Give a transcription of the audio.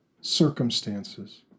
circumstances